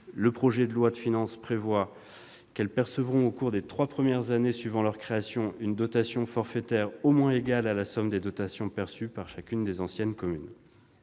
du présent texte, les communes nouvelles percevront, au cours des trois années suivant leur création, une dotation forfaitaire au moins égale à la somme des dotations perçues par chacune des anciennes communes.